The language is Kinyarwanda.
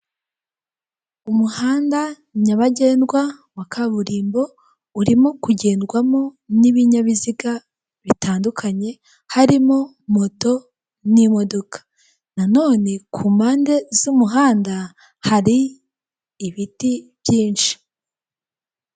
Umuhanda nyabagendwa wa kaburimbo urimo kugendwamo n'ibinyabiziga bitandukanye, harimo moto n'imodoka; nanone ku mpande z'umuhanda hari ibiti byinshi.